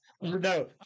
No